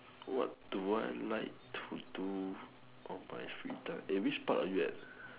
what do I like to do on my free time a which part are you at